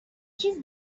چیز